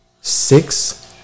Six